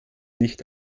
nicht